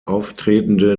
auftretende